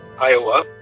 Iowa